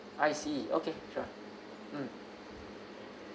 I see okay sure mm